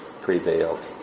prevailed